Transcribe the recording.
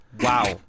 Wow